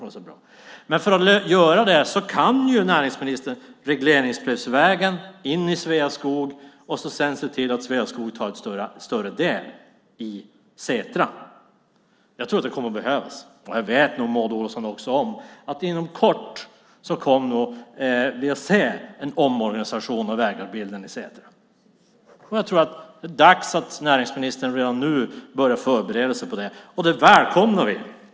Näringsministern kan göra det via regleringsbrev till Sveaskog och sedan se till att Sveaskog tar sig an en större del i Setra. Jag tror att det kommer att behövas. Maud Olofsson vet nog att det inom kort kommer att ske en omorganisation av ägandet i Setra. Jag tror att det är dags att näringsministern redan nu börjar förbereda sig på det. Det välkomnar vi.